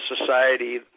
society